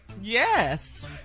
Yes